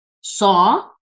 saw